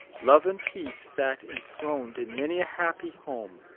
love and peace sat enthroned in many a happy home.